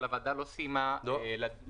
אבל הוועדה לא סיימה להצביע,